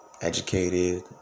Educated